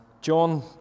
John